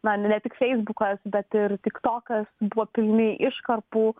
na ne tik feisbukas bet ir tiktokas buvo pilni iškarpų